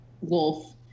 wolf